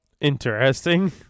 Interesting